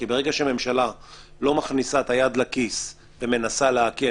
כי ברגע שהממשלה לא מכניסה את היד לכיס ומנסה להקל,